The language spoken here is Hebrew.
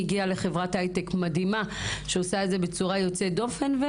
הגיעה לחברת הייטק מדהימה שעושה את זה בצורה יוצאת דופן,